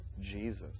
Jesus